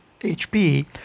HP